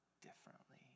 differently